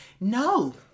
No